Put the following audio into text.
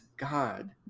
god